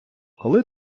коли